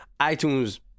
itunes